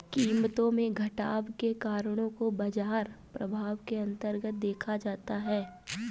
कीमतों में घटाव के कारणों को बाजार प्रभाव के अन्तर्गत देखा जाता है